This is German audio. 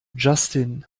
justin